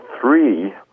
three